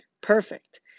perfect